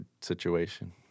situation